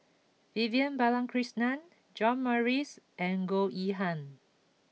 Vivian Balakrishnan John Morrice and Goh Yihan